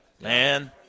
man –